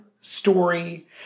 story